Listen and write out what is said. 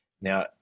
Now